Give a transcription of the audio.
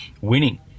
winning